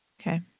Okay